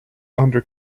under